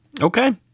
Okay